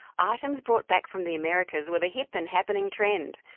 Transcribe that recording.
items brought back from the americas were the hip and happening trend.